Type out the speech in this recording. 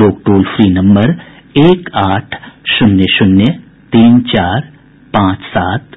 लोग toll free number एक आठ शून्य शून्य तीन चार पांच सात